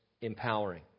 empowering